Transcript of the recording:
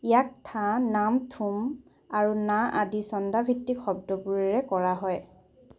ইয়াক থা নাম থোম আৰু না আদি ছন্দভিত্তিক শব্দবোৰেৰে কৰা হয়